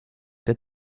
der